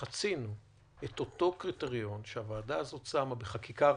חצינו השבוע את אותו קריטריון שהוועדה הזאת שמה בחקיקה ראשית,